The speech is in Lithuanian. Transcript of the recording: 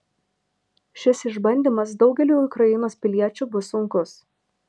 šis išbandymas daugeliui ukrainos piliečių bus sunkus